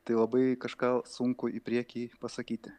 tai labai kažką sunku į priekį pasakyti